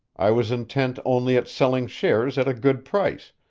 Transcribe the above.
i was intent only at selling shares at a good price,